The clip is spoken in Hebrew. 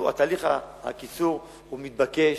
תהליך הקיצור הוא מתבקש,